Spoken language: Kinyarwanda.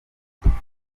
twibuke